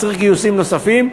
מצריך גיוסים נוספים,